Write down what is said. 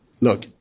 look